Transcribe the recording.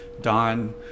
Don